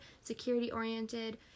security-oriented